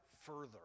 further